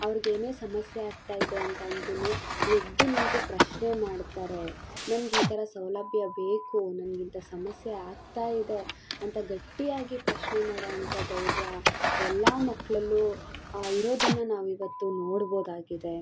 ಅವ್ರಿಗೆ ಏನೇ ಸಮಸ್ಯೆ ಆಗ್ತಾ ಇದೆ ಅಂತ ಅಂದ್ರೂ ಎದ್ದು ನಿಂತು ಪ್ರಶ್ನೆ ಮಾಡ್ತಾರೆ ನಮಗೆ ಈ ಥರ ಸೌಲಭ್ಯ ಬೇಕು ನಮಗೆ ಇಂಥ ಸಮಸ್ಯೆ ಆಗ್ತಾ ಇದೆ ಅಂತ ಗಟ್ಟಿಯಾಗಿ ಪ್ರಶ್ನೆ ಮಾಡೋವಂಥ ಧೈರ್ಯ ಎಲ್ಲ ಮಕ್ಕಳಲ್ಲೂ ಇರೋದನ್ನ ನಾವಿವತ್ತು ನೋಡ್ಬೌದಾಗಿದೆ